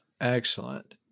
Excellent